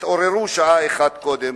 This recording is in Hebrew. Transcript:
שתתעוררו שעה אחת קודם.